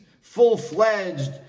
full-fledged